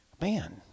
man